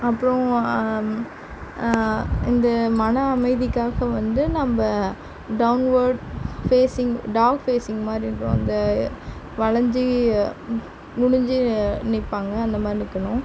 அப்றம் இந்த மன அமைதிக்காக வந்து நம்ப டவுன்வோர்ட் ஃபேஸிங் டாங் ஃபேஸிங் மாதிரி இருக்கும் அந்த வளைஞ்சி குனிஞ்சு நிற்பாங்க அந்தமாதிரி நிற்கணும்